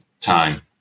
time